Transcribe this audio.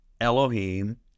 Elohim